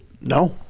No